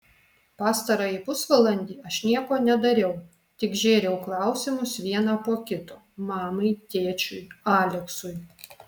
pastarąjį pusvalandį aš nieko nedariau tik žėriau klausimus vieną po kito mamai tėčiui aleksui